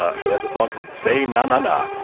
who has a song called say na na na,